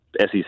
SEC